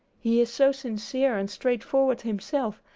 he is so sincere and straightforward himself,